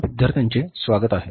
विद्यार्थ्यांचे स्वागत आहे